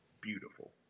beautiful